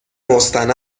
مستند